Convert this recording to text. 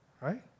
right